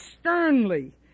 sternly